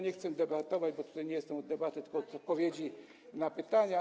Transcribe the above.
Nie chcę debatować, bo nie jestem tutaj od debaty, tylko od odpowiedzi na pytania.